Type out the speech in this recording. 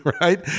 right